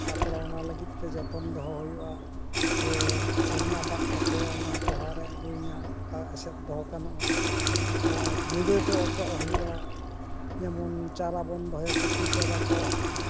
ᱛᱟᱨᱯᱚᱨᱮ ᱚᱱᱟ ᱞᱟᱹᱜᱤᱫ ᱛᱮ ᱡᱚᱛᱚᱱ ᱫᱚᱦᱚ ᱦᱩᱭᱩᱜᱼᱟ ᱡᱮ ᱥᱮᱨᱢᱟ ᱫᱟᱜ ᱡᱟᱛᱮ ᱚᱱᱟ ᱯᱚᱦᱟᱨ ᱨᱮ ᱟᱞᱚᱭ ᱧᱟᱢ ᱚᱱᱠᱟ ᱮᱥᱮᱫ ᱫᱚᱦᱚ ᱜᱟᱱᱚᱜᱼᱟ ᱟᱨ ᱧᱤᱫᱟᱹ ᱫᱚ ᱚᱪᱚᱜ ᱦᱩᱭᱩᱜᱼᱟ ᱡᱮᱢᱚᱱ ᱪᱟᱨᱟᱵᱚᱱ ᱫᱚᱦᱚᱭᱟ ᱠᱚᱯᱤ ᱪᱟᱨᱟ ᱠᱚ